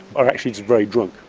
are actually just very drunk.